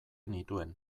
nituen